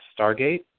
Stargate